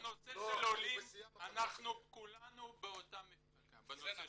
בנושא העולים כולנו באותה מפלגה.